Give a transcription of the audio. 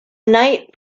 night